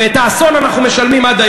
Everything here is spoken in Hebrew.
ועל האסון הזה